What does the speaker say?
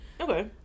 okay